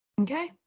Okay